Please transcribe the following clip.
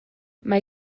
mae